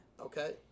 Okay